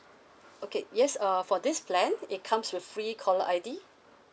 okay yes uh for this plan it comes with free caller I_D